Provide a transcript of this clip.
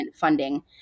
funding